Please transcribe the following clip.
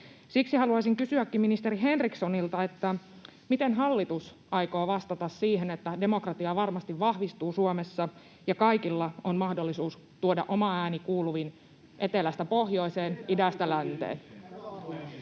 Siksi haluaisinkin kysyä ministeri Henrikssonilta: miten hallitus aikoo vastata siihen, että demokratia varmasti vahvistuu Suomessa ja kaikilla on mahdollisuus tuoda oma ääni kuuluviin etelästä pohjoiseen, idästä länteen?